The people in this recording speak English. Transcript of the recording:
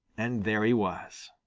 and there he was.